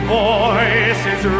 voices